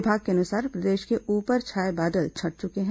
विभाग के अनुसार प्रदेश के ऊपर छाए बादल छंट चुके हैं